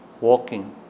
walking